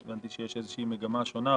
הבנתי שיש איזו מגמה שונה,